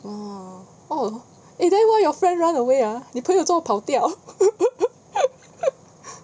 orh oh eh then why your friend run away ah 你朋友做么跑掉